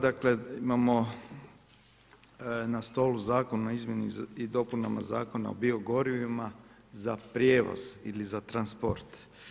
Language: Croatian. Dakle imamo na stolu Zakon o izmjeni i dopunama Zakona o biogorivima za prijevoz ili za transport.